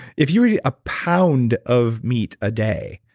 if you eat a pound of meat a day,